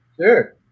Sure